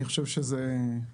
אני חושב שזה לא לי.